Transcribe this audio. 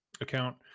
account